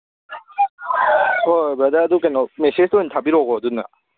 ꯍꯣꯏ ꯍꯣꯏ ꯕ꯭ꯔꯗꯔ ꯑꯗꯨ ꯀꯩꯅꯣ ꯃꯦꯁꯦꯖ ꯑꯣꯏꯅ ꯊꯥꯕꯤꯔꯛꯎꯀꯣ ꯑꯗꯨꯅ